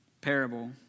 parable